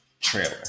trailer